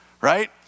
right